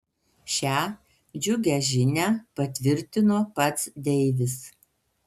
šią džiugią žinią patvirtino pats deivis